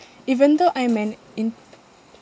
even though I'm an in~